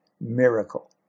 miracle